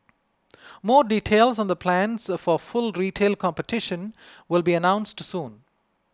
more details on the plans for full retail competition will be announced soon